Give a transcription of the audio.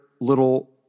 little